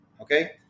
okay